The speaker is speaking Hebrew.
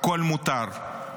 הכול מותר.